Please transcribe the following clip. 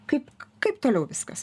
kaip kaip toliau viskas